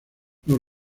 los